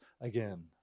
again